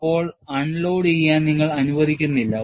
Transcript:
ഇപ്പോൾ അൺലോഡുചെയ്യാൻ നിങ്ങൾ അനുവദിക്കുന്നില്ല